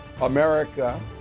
America